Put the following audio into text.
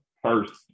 First